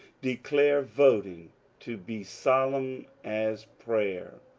declare voting to be solenm as prayer,